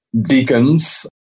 Deacons